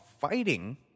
fighting